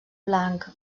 blanc